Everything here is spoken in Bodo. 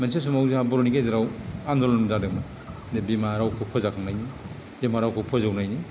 मोनसे समाव जोंहा बर'नि गेजेराव आन्दलन जादोंमोन बे बिमा रावखौ फोजाखांनायनि बिमा रावखौ फोजौनायनि